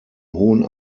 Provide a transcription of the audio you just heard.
hohen